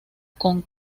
con